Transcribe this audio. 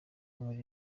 inkuru